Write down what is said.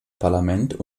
parlament